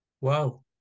Wow